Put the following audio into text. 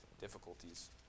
difficulties